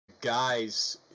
guys